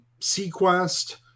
Sequest